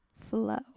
flow